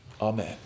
Amen